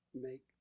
make